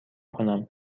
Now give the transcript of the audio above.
کنم